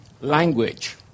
language